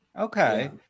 okay